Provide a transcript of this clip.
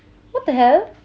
what the hell